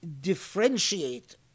differentiate